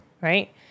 Right